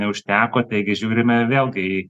neužteko taigi žiūrime vėlgi į